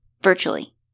virtually